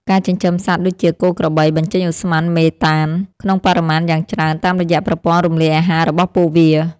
ការចិញ្ចឹមសត្វដូចជាគោក្របី បញ្ចេញឧស្ម័នមេតាន ក្នុងបរិមាណយ៉ាងច្រើនតាមរយៈប្រព័ន្ធរំលាយអាហាររបស់ពួកវា។